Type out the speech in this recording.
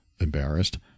embarrassed